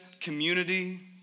community